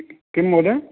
किं महोदय